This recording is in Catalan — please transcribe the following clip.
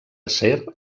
acer